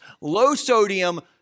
low-sodium